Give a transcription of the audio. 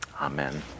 Amen